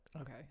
Okay